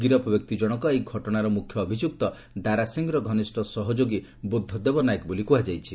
ଗିରଫ ବ୍ୟକ୍ତି ଜଶଙ୍କ ଏହି ଘଟଶାର ମୁଖ୍ୟ ଅଭିଯୁକ୍ତ ଦାରା ସିଂର ଘନିଷ୍ ସହଯୋଗୀ ବୁଦ୍ଧଦେବ ନାଏକ ବୋଲି କୁହାଯାଉଛି